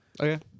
Okay